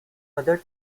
other